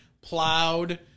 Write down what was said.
Plowed